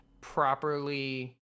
Properly